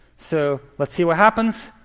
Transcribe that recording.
so let's see what happens.